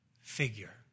figure